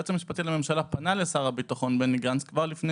שהיועץ המשפטי לממשלה פנה לשר הביטחון בני גנץ כבר לפני